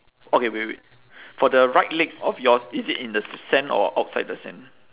okay wait wait for the right leg of yours is it in the s~ sand or outside the sand